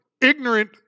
ignorant